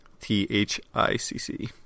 T-H-I-C-C